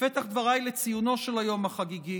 בפתח דבריי לציונו של היום החגיגי,